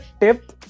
tip